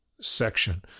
section